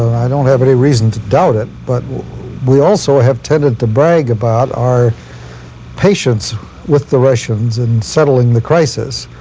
i don't have any reason to doubt it, but we also have tended to brag about our patience with the russians in settling the crisis.